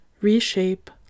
reshape